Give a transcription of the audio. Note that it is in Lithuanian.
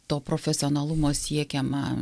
to profesionalumo siekiama